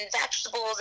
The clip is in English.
vegetables